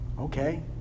Okay